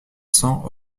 cents